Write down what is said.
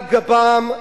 על גבם,